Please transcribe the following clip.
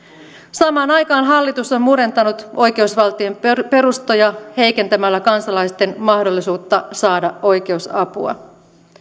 samaan aikaan hallitus on murentanut oikeusvaltion perustoja heikentämällä kansalaisten mahdollisuutta saada oikeusapua